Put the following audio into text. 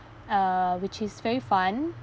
uh which is very fun